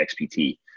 XPT